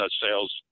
sales